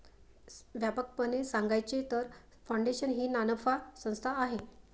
व्यापकपणे सांगायचे तर, फाउंडेशन ही नानफा संस्था आहे